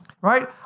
right